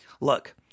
look